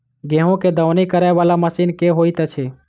गेंहूँ केँ दौनी करै वला मशीन केँ होइत अछि?